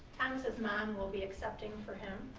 thomas's mom will be accepting for him.